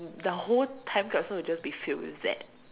the whole time will just be filled with that